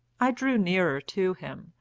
i drew nearer to him,